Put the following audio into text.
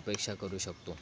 अपेक्षा करू शकतो